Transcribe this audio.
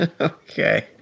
Okay